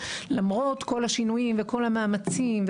למרות כל השינויים וכל המאמצים,